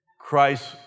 Christ